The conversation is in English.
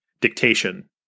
dictation